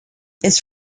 its